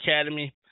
Academy